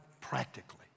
practically